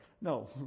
No